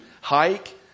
hike